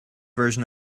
version